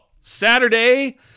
Saturday